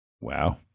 Wow